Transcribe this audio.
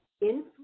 influence